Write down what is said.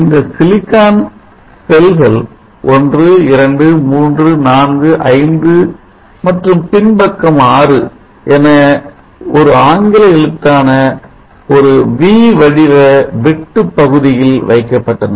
இந்த சிலிக்கான் செல்கள் 12345 மற்றும் பின் பக்கம் 6 என ஒரு ஆங்கில எழுத்தான வி V போன்ற வடிவ வெட்டு பகுதியில் வைக்கப்பட்டன